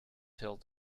till